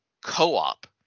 co-op